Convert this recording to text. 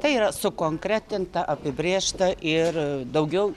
tai yra sukonkretinta apibrėžta ir daugiau